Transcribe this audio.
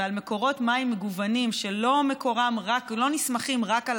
ועל מקורות מים מגוונים שלא נסמכים רק על